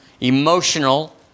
emotional